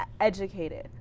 educated